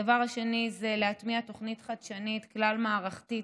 הדבר השני זה להטמיע תוכנית חדשנית כלל-מערכתית